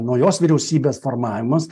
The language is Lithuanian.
naujos vyriausybės formavimas